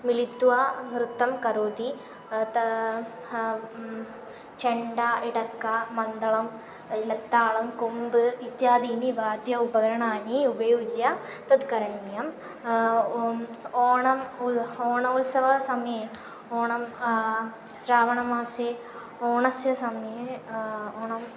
मिलित्वा नृत्यं करोति तां हां छण्डा इडक्का मन्दळं ऐलत्ताळं कोम्ब् इत्यादीनि वाद्य उपकरणानि उपयुज्य तत् करणीयम् ओम् ओणम् उल् होणोल्सवसमये ओणं श्रावणमासे ओणस्य समये ओणम्